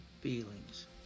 feelings